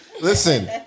Listen